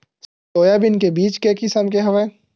Soybean के बीज के किसम के हवय?